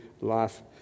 life